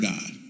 God